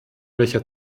welcher